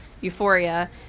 Euphoria